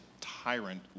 tyrant